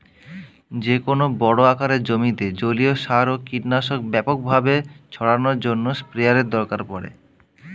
যেকোনো বড় আকারের জমিতে জলীয় সার ও কীটনাশক ব্যাপকভাবে ছড়ানোর জন্য স্প্রেয়ারের দরকার পড়ে